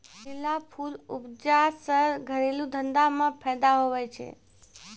lily फूल उपजा से घरेलू धंधा मे फैदा हुवै छै